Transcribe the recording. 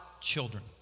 children